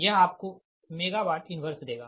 यह आपको MW 1 देगा